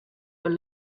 were